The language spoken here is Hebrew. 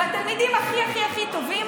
והתלמידים הכי הכי טובים,